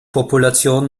population